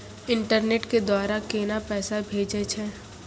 Internet के द्वारा केना पैसा भेजय छै?